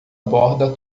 borda